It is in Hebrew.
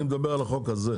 אני מדבר על החוק הזה.